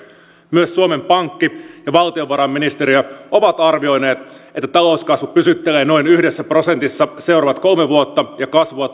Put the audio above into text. myös suomen pankki ja valtiovarainministeriö ovat arvioineet että talouskasvu pysyttelee noin yhdessä prosentissa seuraavat kolme vuotta ja kasvua